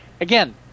again